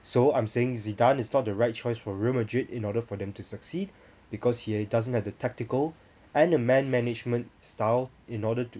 so I'm saying zidane is not the right choice for Real Madrid in order for them to succeed because he doesn't have the tactical and the man management style in order to